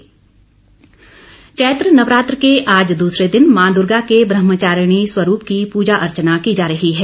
नवरात्र चैत्र नवरात्र के आज दूसरे दिन मां दुर्गा के ब्रह्मचारिणी स्वरूप की पूजा अर्चना की जा रही है